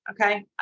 Okay